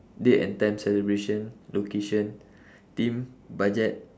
date and time celebration location theme budget